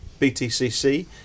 BTCC